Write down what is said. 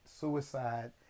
suicide